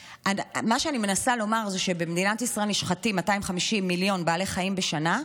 מה שאני מנסה לומר זה שבמדינת ישראל נשחטים 250 מיליון בעלי חיים בשנה,